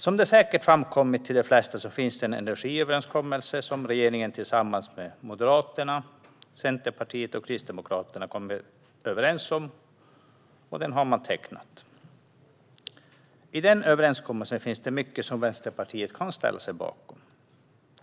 Som de flesta säkert vet finns det en energiöverenskommelse som regeringen tillsammans med Moderaterna, Centerpartiet och Kristdemokraterna har tecknat. I den överenskommelsen finns det mycket som Vänsterpartiet kan ställa sig bakom.